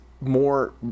more